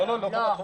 לא, היא לא קובעת.